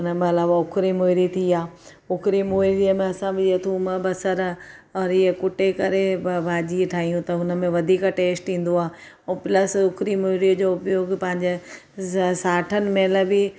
हुन महिल उखरी मुहिरी थी आहे उखरी मुहिरी में असां बि थूम बसर और इहे कुटे करे भ भाॼी ठाहियूं त हुन में वधीक टेस्ट ईंदो आहे ऐं प्लस उखरी मुहिरी जो ॿियो बि पंहिंजे ज साटनि महिल बि